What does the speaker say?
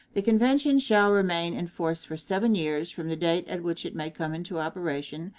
the convention shall remain in force for seven years from the date at which it may come into operation,